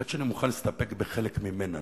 עד שאני מוכן להסתפק בחלק ממנה.